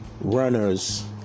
runners